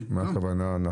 מה הכוונה?